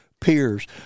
peers